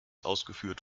ausgeführt